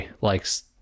likes